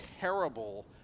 terrible